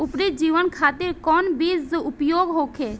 उपरी जमीन खातिर कौन बीज उपयोग होखे?